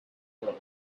world